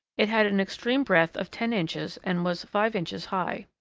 it had an extreme breadth of ten inches and was five inches high.